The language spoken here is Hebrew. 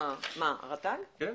כן,